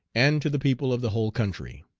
and to the people of the whole country.